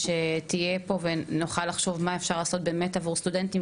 שתהיה פה ונוכל לחשוב מה נוכל לעשות עבור סטודנטים,